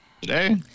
Today